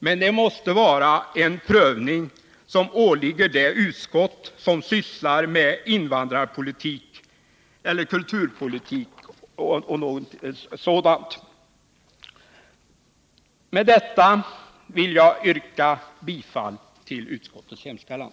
Men det måste vara en prövning som åligger det utskott som sysslar med invandrarpolitik eller med kulturpolitik och sådana saker. Med detta vill jag yrka bifall till utskottets hemställan.